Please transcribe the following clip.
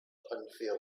unfair